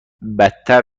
بدتر